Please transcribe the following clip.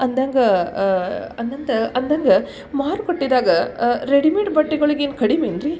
ಅಂದಂಗೆ ಅಂದಂತ ಅಂದಂಗೆ ಮಾರುಕಟ್ಟೆದಾಗ ರೆಡಿಮೇಡ್ ಬಟ್ಟೆಗಳಿಗೇನು ಕಡಿಮೆ ಏನು ರೀ